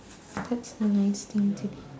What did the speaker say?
that's a nice thing to do